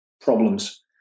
Problems